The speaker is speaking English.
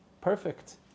perfect